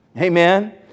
Amen